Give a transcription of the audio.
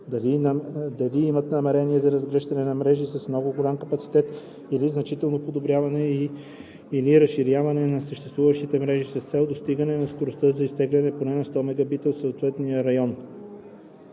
дали имат намерение за разгръщане на мрежи с много голям капацитет или за значително подобряване или разширяване на съществуващите мрежи с цел достигане на скорост за изтегляне поне 100 Mbps в съответния район.